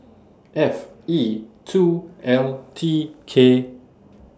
F E two L T K